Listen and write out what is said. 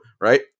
Right